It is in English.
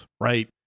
right